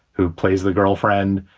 who plays the girlfriend,